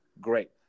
great